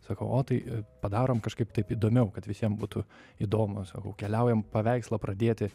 sakau o tai padarom kažkaip taip įdomiau kad visiem būtų įdomu keliaujam paveikslą pradėti